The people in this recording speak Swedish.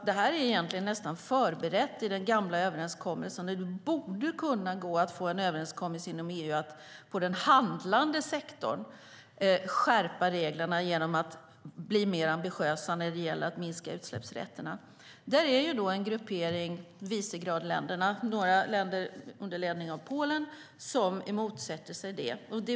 Det här är egentligen nästan förberett i den gamla överenskommelsen. Det borde gå att få en överenskommelse inom EU om att skärpa reglerna på den handlande sektorn genom att bli mer ambitiös när det gäller att minska utsläppsrätterna. Där finns en gruppering, Visegradländerna, några länder under ledning av Polen som motsätter sig det.